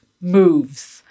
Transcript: moves